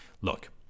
Look